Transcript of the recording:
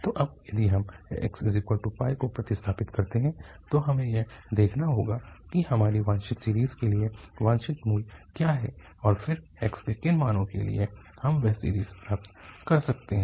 तो अब यदि हम x को प्रतिस्थापित करते हैं तो हमें यह देखना होगा कि हमारी वांछित सीरीज़ के लिए वांछित मूल्य क्या है और फिर x के किन मानों के लिए हम वह सीरीज़ प्राप्त कर सकते हैं